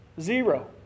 Zero